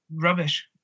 rubbish